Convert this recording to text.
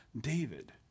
David